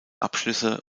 abschlüsse